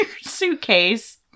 suitcase